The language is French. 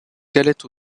galettes